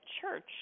church